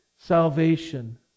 salvation